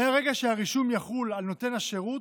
מרגע שהרישום יחול על נותן השירות,